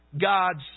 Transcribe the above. God's